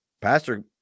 pastor